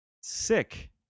Sick